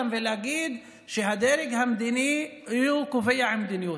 להגיד שהדרג המדיני קובע מדיניות.